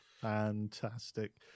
Fantastic